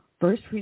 first